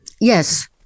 Yes